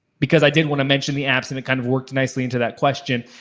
because i did wanna mention the apps and it kind of worked nicely into that question,